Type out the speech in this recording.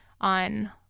on